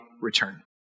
return